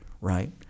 right